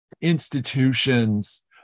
institutions